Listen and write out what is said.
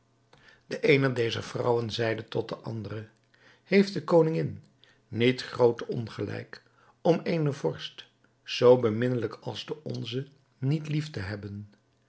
de eene dezer vrouwen zeide tot de andere heeft de koningin niet groot ongelijk om eenen vorst zoo beminnelijk als de onze niet lief te hebben